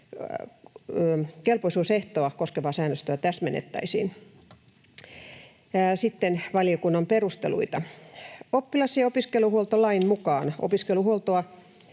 kelpoisuusehtoa koskevaa säännöstöä täsmennettäisiin. Sitten valiokunnan perusteluita: Oppilas‑ ja opiskeluhuoltolain mukaan opiskeluhuoltoa